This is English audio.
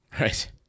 right